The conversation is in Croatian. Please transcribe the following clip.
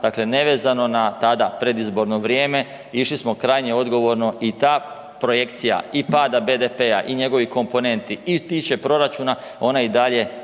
dakle nevezano na tada predizborno vrijeme, išli smo krajnje odgovorno i ta projekcija i pada BDP-a i njegovih komponenta i tiče proračuna ona je i dalje